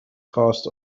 cost